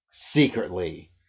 secretly